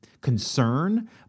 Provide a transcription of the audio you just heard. concern